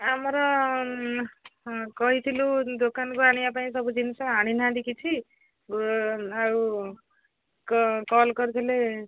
ଆମର କହିଥିଲୁ ଦୋକାନକୁ ଆଣିବା ପାଇଁ ସବୁ ଜିନିଷ ଆଣିନାହାନ୍ତି କିଛି ଆଉ କଲ୍ କରିଥିଲେ